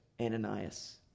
Ananias